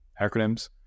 acronyms